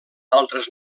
altres